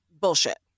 bullshit